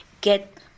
get